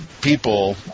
people